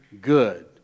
good